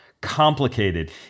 complicated